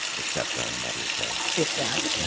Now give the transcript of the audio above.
except on mother's day. if that.